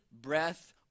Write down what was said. breath